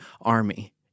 army